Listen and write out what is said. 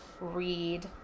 read